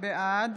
בעד